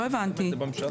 לא הבנתי.